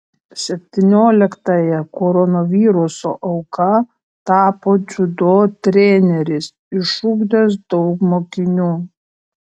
septynioliktąja koronaviruso auka tapo dziudo treneris išugdęs daug mokinių